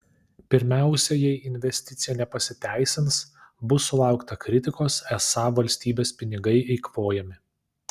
pirmiausia jei investicija nepasiteisins bus sulaukta kritikos esą valstybės pinigai eikvojami